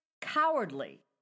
cowardly